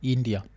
India